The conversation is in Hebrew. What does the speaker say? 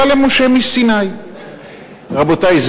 הערר, ובאמצעות זה